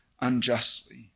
unjustly